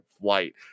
flight